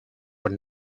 were